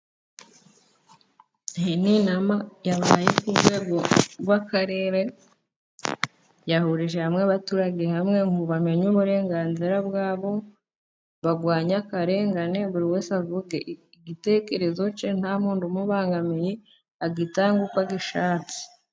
Iyi ni inama yabaye ku rwego rw'akarere ,yahurije hamwe abaturage hamwe, ngo bamenye uburenganzira bwabo ,barwanye akarengane, buri wese avuge igitekerezo cye nta muntu umubangamiye ,agitange uko agishatse.